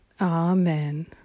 Amen